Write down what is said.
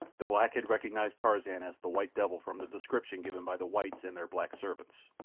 the black had recognized tarzan as the white devil from the descriptions given by the whites and their black servants.